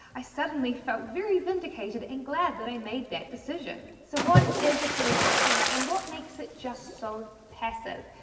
i suddenly felt very vindicated and glad that i made that decision. so what is affiliate marketing and what makes it just so passive?